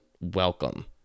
welcome